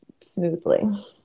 smoothly